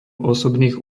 osobných